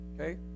okay